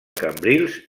cambrils